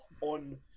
on